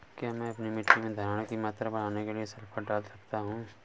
क्या मैं अपनी मिट्टी में धारण की मात्रा बढ़ाने के लिए सल्फर डाल सकता हूँ?